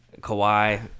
Kawhi